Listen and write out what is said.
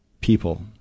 people